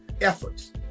efforts